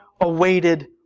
awaited